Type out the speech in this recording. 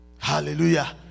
Hallelujah